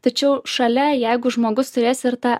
tačiau šalia jeigu žmogus turės ir tą